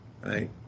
right